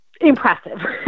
impressive